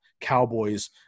Cowboys